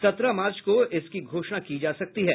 सत्रह मार्च को इसकी घोषणा की जा सकती है